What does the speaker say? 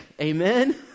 Amen